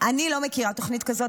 אני לא מכירה תוכנית כזאת.